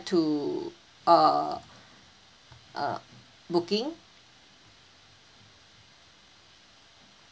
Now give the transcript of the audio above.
to err uh booking